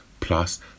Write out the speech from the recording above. plus